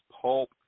pulp